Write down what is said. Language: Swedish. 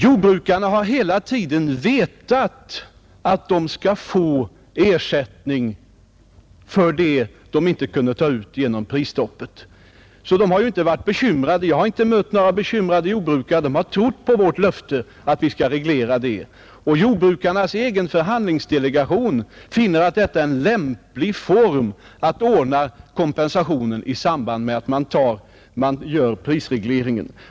Jordbrukarna har hela tiden vetat att de skall få ersättning för det de inte kunnat ta ut på grund av prisstoppet. Jag har inte heller mött några bekymrade jordbrukare. De har trott på vårt löfte att vi skall reglera frågan. Och jordbrukarnas egen förhandlingsdelegation finner att det är en lämplig metod att ordna kompensationen i samband med prisregleringen.